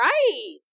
Right